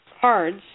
cards